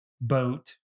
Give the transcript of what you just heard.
boat